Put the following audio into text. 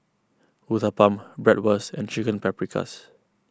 Uthapam Bratwurst and Chicken Paprikas